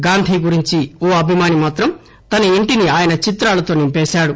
గాంధీ గురించి ఓ అభిమాని మాత్రం తన ఇంటిని ఆయన చిత్రాలతో నింపేశాడు